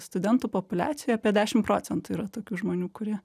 studentų populiacijoj apie dešimt procentų yra tokių žmonių kurie